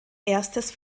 erstes